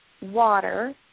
water